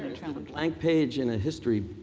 and but blank page in a history,